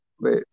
wait